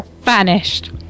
vanished